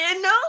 no